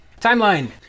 Timeline